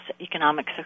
economic